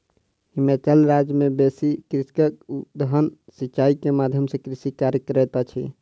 हिमाचल राज्य मे बेसी कृषक उद्वहन सिचाई के माध्यम सॅ कृषि कार्य करैत अछि